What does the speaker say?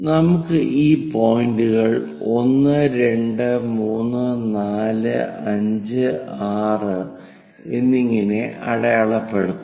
നമുക്ക് ഈ പോയിന്റുകൾ 1 2 3 4 5 6 എന്നിങ്ങനെ അടയാളപ്പെടുത്താം